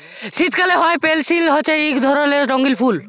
শীতকালে হ্যয় পেলসি হছে ইক ধরলের রঙ্গিল ফুল